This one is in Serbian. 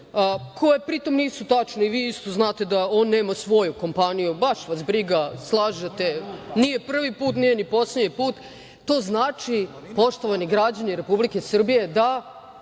koje pritom nisu tačne, i vi isto znate da on nema svoju kompaniju, baš vas briga, slažete, nije prvi, a nije ni poslednji put, to znači, poštovani građani Republike Srbije, da